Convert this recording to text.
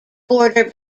border